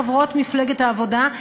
הן חברות מפלגת העבודה.